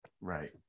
right